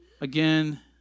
Again